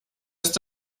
ist